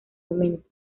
momento